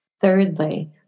Thirdly